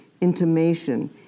intimation